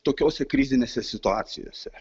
tokiose krizinėse situacijose